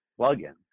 plugin